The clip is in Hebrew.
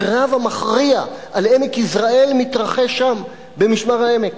הקרב המכריע על עמק יזרעאל מתרחש שם, במשמר-העמק,